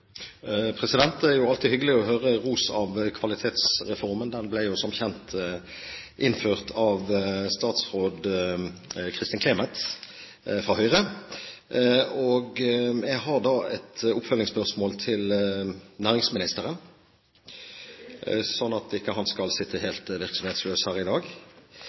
Det er jo alltid hyggelig å høre ros av Kvalitetsreformen. Den ble jo som kjent innført av tidligere statsråd Kristin Clemet fra Høyre. Jeg har et oppfølgingsspørsmål til næringsministeren, sånn at ikke han skal sitte helt virksomhetløs her i dag.